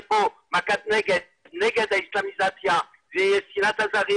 תהיה מכת נגד נגד האיסלמיזציה ותהיה שנאת הזרים